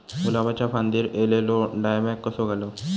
गुलाबाच्या फांदिर एलेलो डायबॅक कसो घालवं?